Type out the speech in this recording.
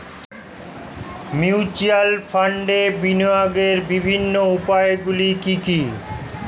Mutual ফান্ডে বিনিয়োগের বিভিন্ন উপায়গুলি কি কি?